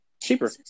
cheaper